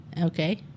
Okay